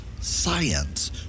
science